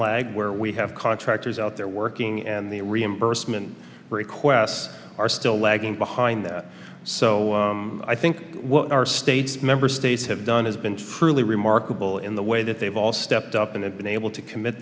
lag where we have contractors out there working and the reimbursement requests are still lagging behind that so i think our state's member states have done has been truly remarkable in the way that they've all stepped up and been able to commit